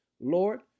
Lord